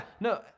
no